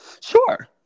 Sure